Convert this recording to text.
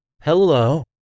Hello